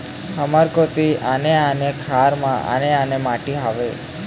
हमर कोती आने आने खार म आने आने माटी हावे?